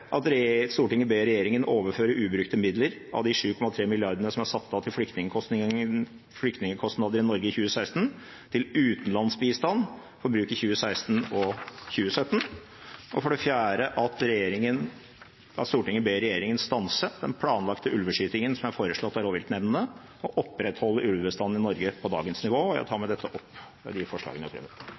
tredje at Stortinget ber regjeringen overføre alle ubrukte midler av de 7,3 milliardene som er satt av til flyktningkostnader i Norge i 2016, til utenlandsbistand for bruk i 2016 og 2017 for det fjerde at Stortinget ber regjeringen stanse den planlagte ulveskytingen som er foreslått av rovviltnemndene, og opprettholde ulvebestanden i Norge på dagens nivå Jeg tar med dette opp de forslagene vi har fremmet.